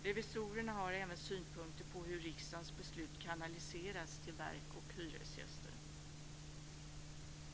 Revisorerna har även synpunkter på hur riksdagens beslut kanaliseras till verk och hyresgäster.